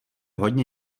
hodně